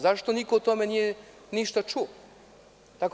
Zašto niko o tome ništa nije čuo?